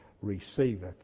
receiveth